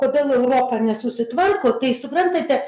kodėl europa nesusitvarko tai suprantate